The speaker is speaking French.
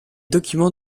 documents